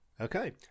Okay